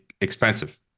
expensive